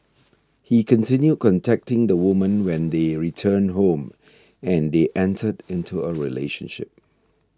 he continued contacting the woman when they returned home and they entered into a relationship